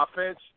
Offense